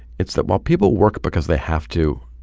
it's that while people work because they have to,